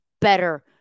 better